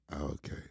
Okay